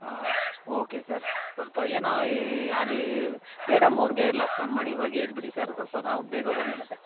ಹಾಂ okay sir ಸ್ವಲ್ಪ ಏನೋ ಈ ಅಲ್ಲಿ ಮೇಡಮ್ ಅವ್ರಿಗೆ ಎಲ್ಲ ಫೋನ್ ಮಾಡಿ ಇವಾಗೇ ಹೇಳ್ಬಿಡಿ ಸರ್ ಸ್ವಲ್ಪ ನಾವು ಬೇಗ ಬಂದು ಮತ್ತು